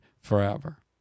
forever